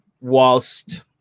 whilst